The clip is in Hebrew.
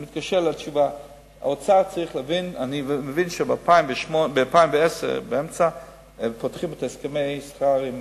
אני מבין שבאמצע 2010 האוצר פותח את הסכמי השכר עם